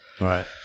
Right